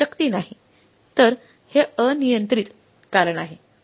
तर हे अनियंत्रित कारण आहे